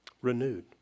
Renewed